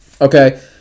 okay